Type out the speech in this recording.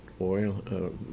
oil